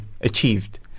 achieved